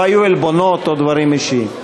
לא היו עלבונות או דברים אישיים.